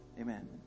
Amen